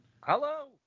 Hello